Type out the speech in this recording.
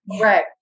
Right